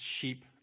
sheep